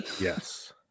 yes